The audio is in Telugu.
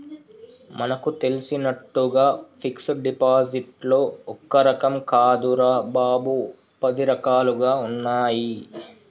మనకు తెలిసినట్లుగా ఫిక్సడ్ డిపాజిట్లో ఒక్క రకం కాదురా బాబూ, పది రకాలుగా ఉన్నాయి